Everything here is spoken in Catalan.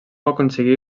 aconseguí